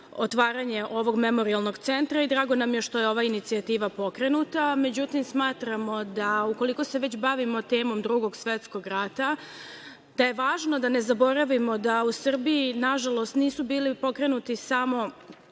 otvaranje ovog memorijalnog centra i drago nam je što je ova inicijativa pokrenuta. Međutim, smatramo da ukoliko se već bavimo temom Drugog svetskog rata da je važno da ne zaboravimo da u Srbiji nažalost nisu bili pokrenuti samo